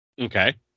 Okay